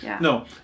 No